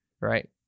right